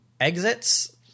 exits